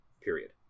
period